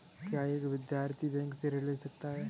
क्या एक विद्यार्थी बैंक से ऋण ले सकता है?